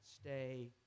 stay